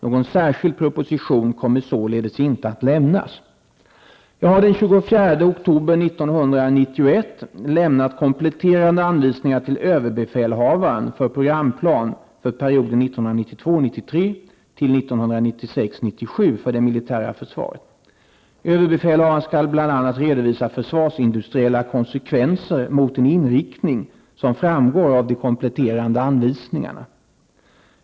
Någon särskild proposition kommer således inte att lämnas. Jag har den 24 oktober 1991 lämnat kompletterande anvisningar till överbefälhavaren för programplan för perioden 1992 97 för det militära försvaret. Överbefälhavaren skall bl.a. redovisa försvarsindustriella konsekvenser mot en inriktning som framgår av de kompletterande anvisningarna.